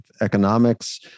economics